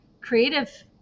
creative